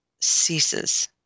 ceases